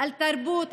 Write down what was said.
על תרבות,